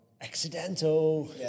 accidental